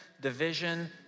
division